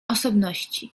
osobności